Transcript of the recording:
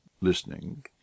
listening